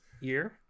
year